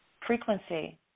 Frequency